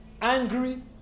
angry